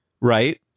right